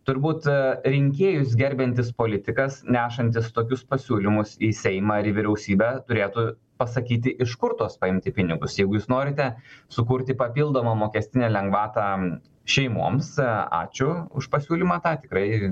turbūt rinkėjus gerbiantis politikas nešantis tokius pasiūlymus į seimą ir vyriausybę turėtų pasakyti iš kur tuos paimti pinigus jeigu jūs norite sukurti papildomą mokestinę lengvatą šeimoms ačiū už pasiūlymą tą tikrai